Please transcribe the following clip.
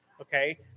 okay